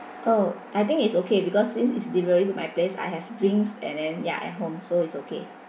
oh I think it's okay because since it's delivery to my place I have drinks and then ya at home so it's okay